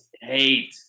hate